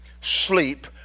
sleep